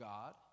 God